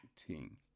acting